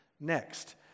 next